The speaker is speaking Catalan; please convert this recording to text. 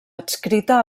adscrita